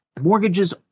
mortgages